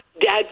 Dad